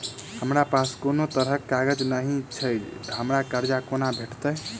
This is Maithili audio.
हमरा पास कोनो तरहक कागज नहि छैक हमरा कर्जा कोना भेटत?